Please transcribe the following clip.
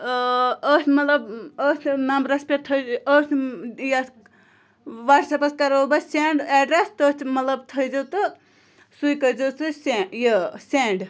أتھۍ مطلب أتھۍ نمبرَس پٮ۪ٹھ تھٲے أتھۍ یَتھ وَٹساپَس پٮ۪ٹھ کَرو بہٕ سٮ۪نڈ ایڈرَس تٔتھۍ مطلب تھٲے زیو تہٕ سُے کٔرۍ زیٚو تُہۍ سہ یہِ سٮ۪نٛڈ